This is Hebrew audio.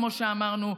כמו שאמרנו.